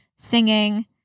singing